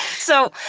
so,